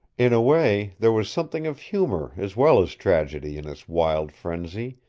in a way, there was something of humor as well as tragedy in its wild frenzy,